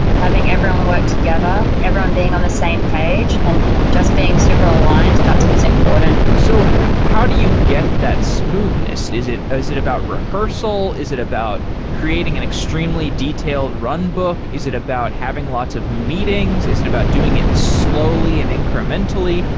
having everyone work together, everyone being on the same page and just being super aligned, that's what is important. so how do you get that smoothness? is it ah is it about rehearsal? is it about creating an extremely detailed run book? is it about having lots of meetings? is it about doing it slowly and incrementally?